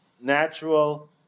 natural